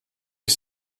ich